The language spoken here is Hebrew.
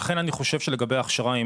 לכן אני חושב שלגבי ההכשרה,